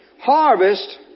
harvest